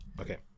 Okay